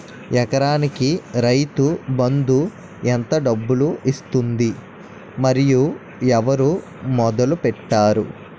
ఎకరానికి రైతు బందు ఎంత డబ్బులు ఇస్తుంది? మరియు ఎవరు మొదల పెట్టారు?